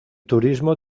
turismo